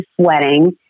sweating